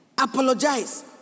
apologize